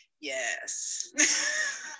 yes